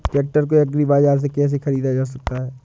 Tractor को agri बाजार से कैसे ख़रीदा जा सकता हैं?